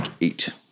eight